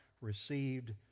received